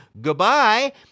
Goodbye